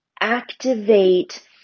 activate